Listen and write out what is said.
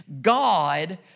God